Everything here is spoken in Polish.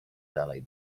dalej